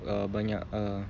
uh banyak uh